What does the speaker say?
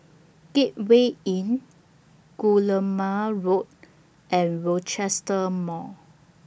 Gateway Inn Guillemard Road and Rochester Mall